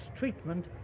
treatment